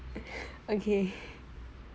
okay